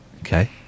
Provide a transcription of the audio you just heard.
Okay